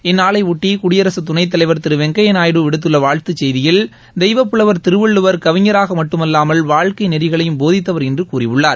இந்நாளையொட்டி குடியரசு துணைத்தலைவர் திரு வெங்கையா நாயுடு விடுத்துள்ள வாழ்த்துச் செய்தியில் தெய்வப்புலவர் திருவள்ளுவர் கவிஞராக மட்டுமல்லாமல் வாழ்க்கை நெறிகளையும் போதித்தவர் என்று கூறியுள்ளார்